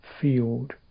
field